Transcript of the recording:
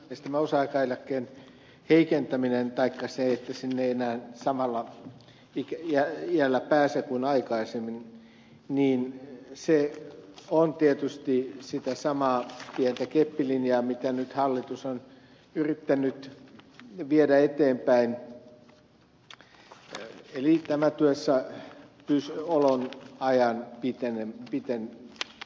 tämä osa aikaeläkkeen heikentäminen taikka se että siihen ei enää samalla iällä pääse kuin aikaisemmin on tietysti sitä samaa pientä keppilinjaa mitä nyt hallitus on yrittänyt viedä eteenpäin eli tämä työssään pysyy olon ajan tätä työssäoloajan pidentämistä